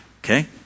Okay